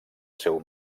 seu